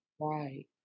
Right